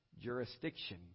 jurisdiction